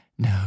no